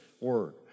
word